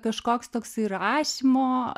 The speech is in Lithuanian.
kažkoks toksai rašymo